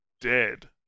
dead